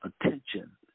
attention